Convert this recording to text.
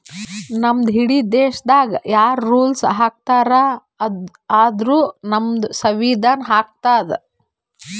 ನಮ್ದು ಇಡೀ ದೇಶಾಗ್ ಯಾರ್ ರುಲ್ಸ್ ಹಾಕತಾರ್ ಅಂದುರ್ ನಮ್ದು ಸಂವಿಧಾನ ಹಾಕ್ತುದ್